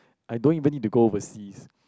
I don't even need to go overseas